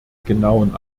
genauen